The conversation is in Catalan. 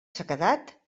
sequedat